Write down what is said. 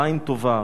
עין טובה,